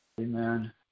Amen